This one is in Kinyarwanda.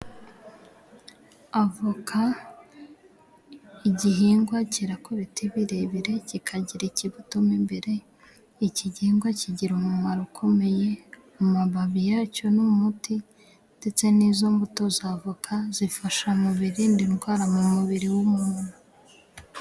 Avoka, igihingwa cyera ku biti birebire kikagira ikibuto mo imbere. Iki gihingwa kigira umumaro ukomeye. Amababi ya cyo n'umuti ndetse n'izo mbuto z'avoka zifasha mu birinda indwara mu mubiri w'umuntu.